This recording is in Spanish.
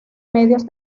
medios